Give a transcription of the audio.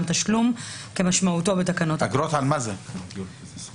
תשלום כמשמעותו בתקנות --- על מה האגרות?